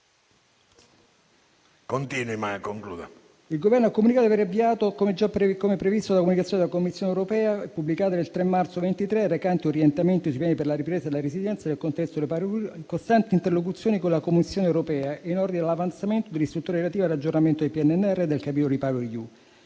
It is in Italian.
il Governo ha comunicato di aver avviato, così come previsto dalla comunicazione della Commissione europea, pubblicata in data 3 marzo 2023 e recante gli "Orientamenti sui piani per la ripresa e la resilienza nel contesto di REPowerEU", costanti interlocuzioni con la Commissione europea in ordine all'avanzamento dell'istruttoria relativa all'aggiornamento del PNRR e al capitolo REPowerEU.